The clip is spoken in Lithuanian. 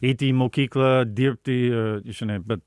eiti į mokyklą dirbti žinai bet